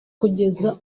kugeza